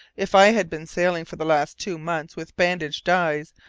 if i had been sailing for the last two months with bandaged eyes,